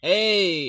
Hey